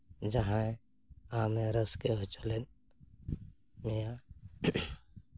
ᱡᱟᱦᱟᱸᱭ ᱟᱢᱮ ᱨᱟᱹᱥᱠᱟᱹ ᱦᱚᱪᱚ ᱞᱮᱫ ᱢᱮᱭᱟ